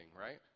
right